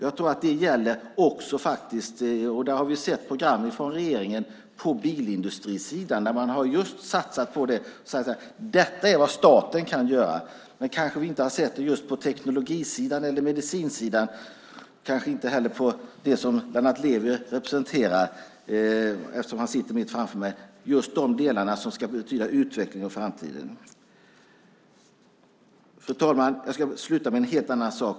Jag tror att det faktiskt också gäller - där har vi sett program från regeringen - på bilindustrisidan där man just har satsat på det. Detta är vad staten kan göra. Men kanske vi inte har sett det på teknologisidan eller på medicinsidan. Kanske inte heller på den vetenskap som Lennart Levi representerar - han sitter mitt framför mig här - just de delarna som ska betyda utveckling och framtid. Fru talman! Jag ska sluta med en helt annan sak.